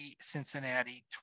Cincinnati